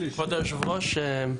כבוד היושבת ראש,